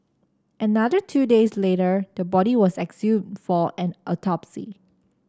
another two days later the body was exhumed for an autopsy